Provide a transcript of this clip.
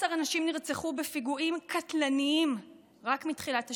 13 אנשים נרצחו בפיגועים קטלניים רק מתחילת השנה,